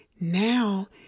Now